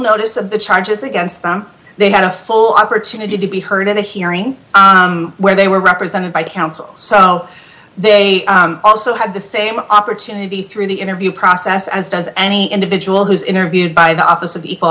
notice of the charges against them they had a full opportunity to be heard at a hearing where they were represented by counsel so they also had the same opportunity through the interview process as does any individual who's interviewed by the office of the equal